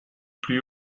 plus